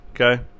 okay